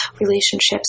relationships